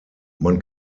man